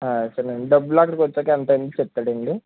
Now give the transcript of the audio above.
సరేన డబ్బులు ఆడికి వచ్చాక ఎంతైంది చెప్తాడండి